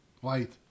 White